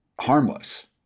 harmless